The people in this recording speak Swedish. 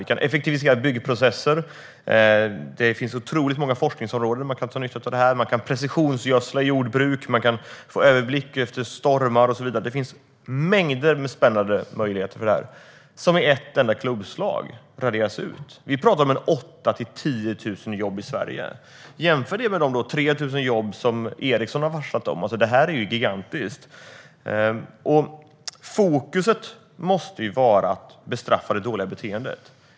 Vi kan effektivisera byggprocesser. Det finns otroligt många forskningsområden där man kan dra nytta av detta. Man kan precisionsgödsla i jordbruk, få överblick efter stormar, och så vidare. Det finns mängder med spännande möjligheter för detta som i ett enda klubbslag raderas ut. Vi talar om 8 000-10 000 jobb i Sverige. Jämför det med de 3 000 jobb som Ericsson har varslat om. Det är gigantiskt. Fokus måste vara att bestraffa det dåliga beteendet.